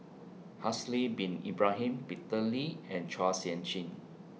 Haslir Bin Ibrahim Peter Lee and Chua Sian Chin